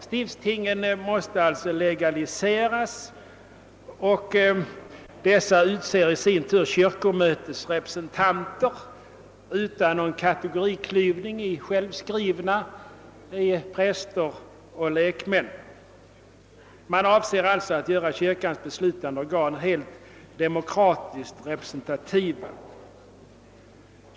Stiftstingen måste således legaliseras och de skall i sin tur utse kyrkomötesrepresentanter utan någon kategoriklyvning i självskrivna, präster och lekmän. Man avser således att göra kyrkans beslutande organ även demokratiskt representativa.